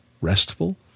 Restful